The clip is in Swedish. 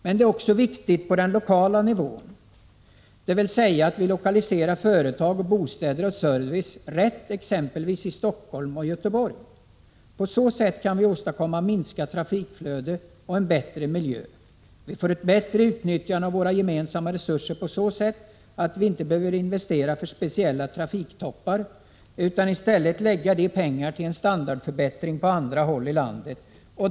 Men det är också viktigt att lokalisera företag, bostäder och service rätt på lokal nivå, exempelvis i Stockholm och Göteborg. På så sätt kan vi åstadkomma minskat trafikflöde och en bättre miljö. Vi får ett bättre utnyttjande av våra gemensamma resurser så att vi inte behöver investera för speciella trafiktoppar utan i stället kan lägga pengarna på standardförbättringar på andra håll i landet.